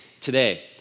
today